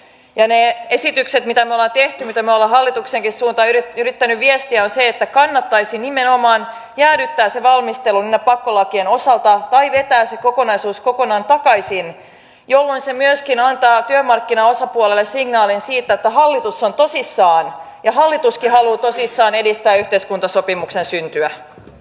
niissä esityksissä mitä me olemme tehneet mitä me olemme hallituksenkin suuntaan yrittäneet viestiä on se että kannattaisi nimenomaan jäädyttää se valmistelu niiden pakkolakien osalta tai vetää se kokonaisuus kokonaan takaisin jolloin se myöskin antaa työmarkkinaosapuolille signaalin siitä että hallitus on tosissaan ja hallituskin haluaa tosissaan edistää yhteiskuntasopimuksen syntyä